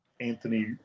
Anthony